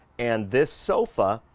and this sofa.